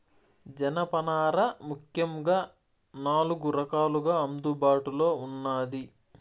జనపనార ముఖ్యంగా నాలుగు రకాలుగా అందుబాటులో ఉన్నాది